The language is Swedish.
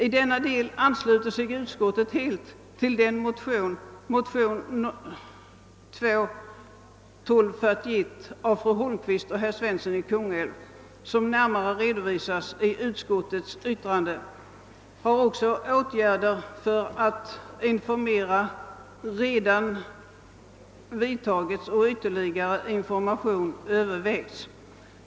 I denna del ansluter sig utskottet helt till motion II: 1241 av fru Holmqvist och herr Svensson i Kungälv. Som utskottet redovisar i sitt yttrande har åtgärder för att informera redan vidtagits, och ytterligare information övervägs.